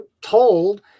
told